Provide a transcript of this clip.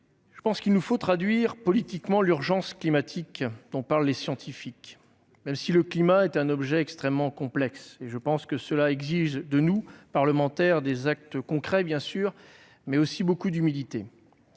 mon sens, il nous faut traduire politiquement l'urgence climatique dont parlent les scientifiques, même si le climat est un objet extrêmement complexe. Cet effort exige de nous, parlementaires, non seulement des actes concrets, mais aussi beaucoup d'humilité.